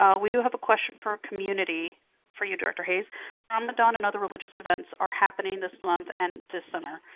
um we do have a question for community for you, director hayes ramadan and other religious events are happening this month and this summer.